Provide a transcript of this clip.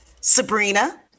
Sabrina